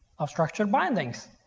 of structured bindings.